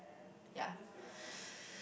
yeah